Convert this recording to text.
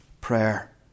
prayer